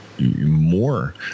more